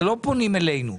לא אלינו,